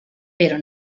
pero